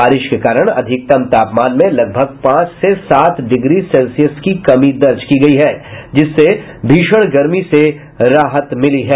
बारिश के कारण अधिकतम तापमान में लगभग पांच से सात डिग्री सेल्सियस की कमी दर्ज की गई है जिससे भीषण गर्मी से राहत मिली है